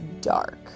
dark